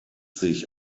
sich